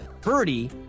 Birdie